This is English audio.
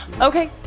Okay